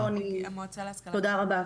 תודה רבה.